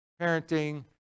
Parenting